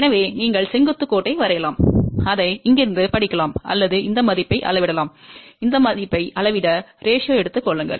எனவே நீங்கள் செங்குத்து கோட்டை வரையலாம் அதை இங்கிருந்து படிக்கலாம் அல்லது இந்த மதிப்பை அளவிடலாம் இந்த மதிப்பை அளவிட விகிதத்தை எடுத்துக் கொள்ளுங்கள்